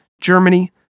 Germany